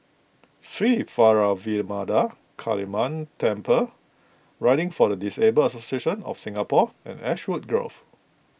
Sri Vairavimada Kaliamman Temple Riding for the Disabled Association of Singapore and Ashwood Grove